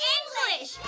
English